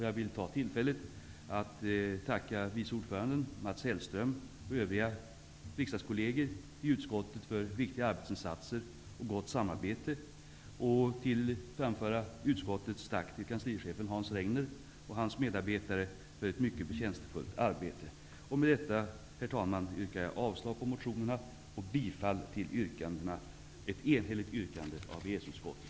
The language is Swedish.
Jag vill ta tillfället i akt att tacka vice ordföranden Mats Hellström och övriga riksdagskolleger i utskottet för viktiga arbetsinsatser och gott samarbete. Jag vill framföra utskottets tack till kanslichefen Hans Regner och hans medarbetare för ett mycket förtjänstfullt arbete. Med detta, herr talman, yrkar jag avslag på motionerna och bifall till EES-utskottets enhälliga hemställan.